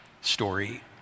story